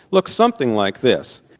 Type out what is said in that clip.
looks something like this.